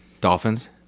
Dolphins